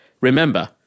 Remember